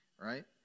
right